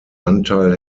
anteil